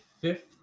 fifth